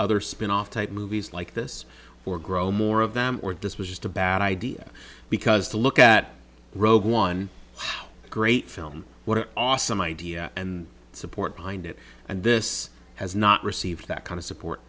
other spin off type movies like this or grow more of them or does was just a bad idea because to look at rogue one great film what an awesome idea and support behind it and this has not received that kind of support